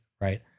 right